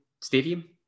stadium